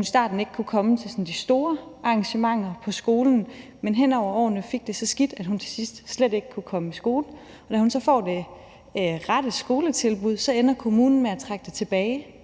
i starten ikke kunne komme til de store arrangementer på skolen og hen over årene fik det så skidt, at hun til sidst slet ikke kunne komme i skole. Da hun så får det rette skoletilbud, ender kommunen med at trække det tilbage,